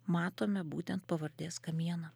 matome būtent pavardės kamieną